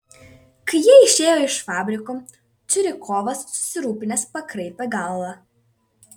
kai jie išėjo iš fabriko curikovas susirūpinęs pakraipė galva